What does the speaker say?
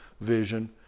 vision